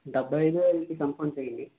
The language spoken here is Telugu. డెబ్బై ఐదు వేలుకి కన్ఫార్మ్ చేయండి